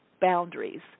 boundaries